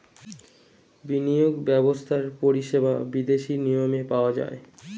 বিনিয়োগ ব্যবস্থার পরিষেবা বিদেশি নিয়মে পাওয়া যায়